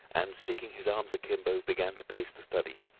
and sticking his arms akimbo began to pace the study.